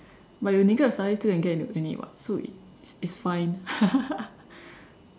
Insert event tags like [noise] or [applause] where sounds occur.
but you neglect your studies still can get into any what so it's it's fine [laughs]